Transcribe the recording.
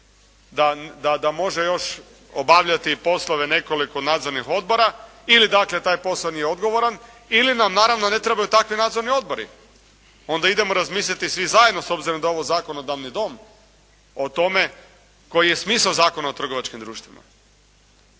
da može još obavljati i poslove u nekoliko nadzornih odbora. Ili dakle taj posao nije odgovoran ili nam naravno ne trebaju takvi nadzorni odbori. Onda idemo razmisliti svi zajedno s obzirom da je ovo Zakonodavni dom o tome koji je smisao Zakona o trgovačkim društvima.